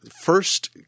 first